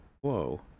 whoa